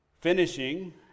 finishing